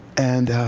and